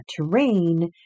terrain